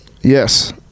Yes